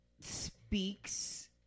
speaks